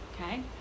Okay